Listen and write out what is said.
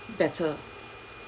better